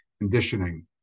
conditioning